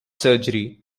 surgery